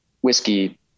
whiskey